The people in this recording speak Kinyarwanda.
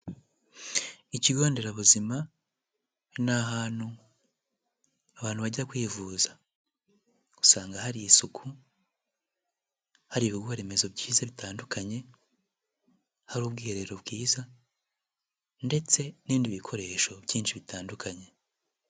Ikigo nderabuzima ni ahantutu abantu bajya kwivuza, usanga hari isuku, hari ibikorwa remezo byiza bitandukanye, hari ubwiherero bwiza ndetse n'ibindi bikoresho byinshi bitandukanye.